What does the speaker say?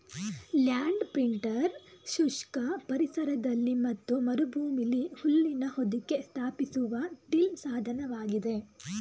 land printer ಶುಷ್ಕ ಪರಿಸರದಲ್ಲಿ ಮತ್ತು ಮರುಭೂಮಿಲಿ ಹುಲ್ಲಿನ ಹೊದಿಕೆ ಸ್ಥಾಪಿಸುವ ಟಿಲ್ ಸಾಧನವಾಗಿದೆ